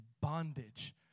bondage